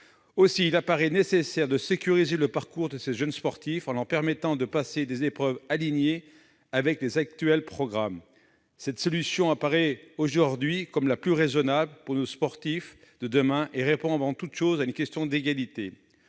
Aussi, il paraît nécessaire de sécuriser le parcours de ces jeunes sportifs, en leur permettant de passer des épreuves alignées avec les programmes actuels. Cette solution apparaît aujourd'hui comme la plus raisonnable pour nos sportifs de demain et répond avant tout à une question d'égalité.